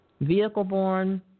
Vehicle-borne